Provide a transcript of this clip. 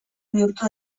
bihurtu